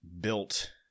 built